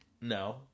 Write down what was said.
No